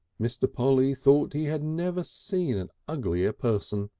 mr. polly thought he had never seen an uglier person.